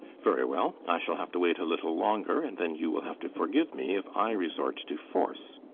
very well, i shall have to wait a little longer, and then you will have to forgive me if i resort to force.